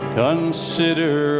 consider